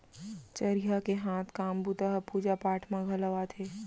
चरिहा के हाथ काम बूता ह पूजा पाठ म घलौ आथे